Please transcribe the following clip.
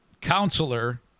counselor